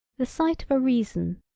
the sight of a reason,